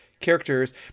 characters